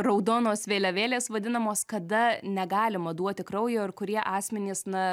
raudonos vėliavėlės vadinamos kada negalima duoti kraujo ir kurie asmenys na